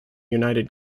united